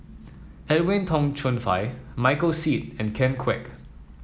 Edwin Tong Chun Fai Michael Seet and Ken Kwek